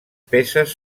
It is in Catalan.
peces